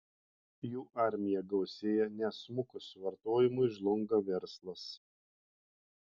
jų armija gausėja nes smukus vartojimui žlunga verslas